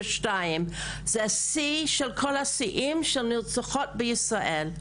שנת 2022 זה השיא של כל השיאים של נרצחות בישראל.